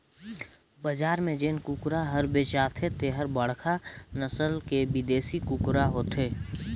बजार में जेन कुकरा हर बेचाथे तेहर बड़खा नसल के बिदेसी कुकरा होथे